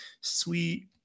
sweet